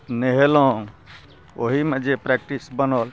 नहेलहुँ ओहिमे जे प्रैक्टिस बनल